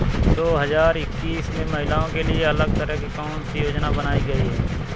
दो हजार इक्कीस में महिलाओं के लिए अलग तरह की कौन सी योजना बनाई गई है?